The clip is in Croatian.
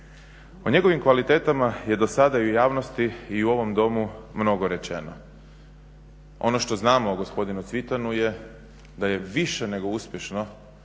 O njegovim kvalitetama je dosada u javnosti i u ovom Domu mnogo rečeno. Ono što znamo o gospodinu Cvitanu je da je više nego uspješno